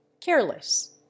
CARELESS